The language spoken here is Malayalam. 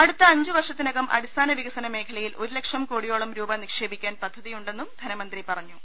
അടുത്ത അഞ്ചു വർഷത്തിനകം അടിസ്ഥാന വികസന മേഖ ലയിൽ ഒരു ലക്ഷം കോടിയോളം രൂപ നിക്ഷേപിക്കാൻ പദ്ധതി യുണ്ടെന്നും ധനമന്ത്രി പറഞ്ഞു